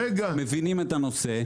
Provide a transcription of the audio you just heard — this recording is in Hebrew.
מבינים את הנושא,